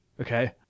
Okay